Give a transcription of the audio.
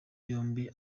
yombi